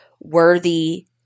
worthy